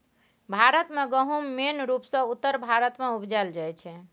भारत मे गहुम मेन रुपसँ उत्तर भारत मे उपजाएल जाइ छै